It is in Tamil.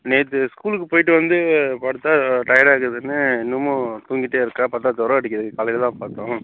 நேற்று ஸ்கூலுக்கு போயிவிட்டு வந்து படுத்தா டயர்டாக இருக்குதுன்னு இன்னுமும் தூங்கிட்டே இருக்கா பார்த்தா ஜுரம் அடிக்குது காலையில் தான் பார்த்தோம்